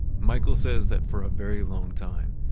michael says that for a very long time,